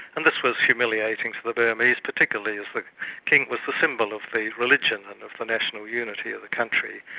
and this was humiliating to the burmese, particularly as the king was the symbol of the religion, and of the national unity of the country.